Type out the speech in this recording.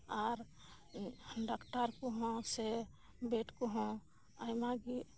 ᱟᱨ doctor ᱠᱚᱦᱚᱸ ᱥᱮ bed ᱠᱚᱦᱚᱸ ᱟᱭᱢᱟ ᱜᱮ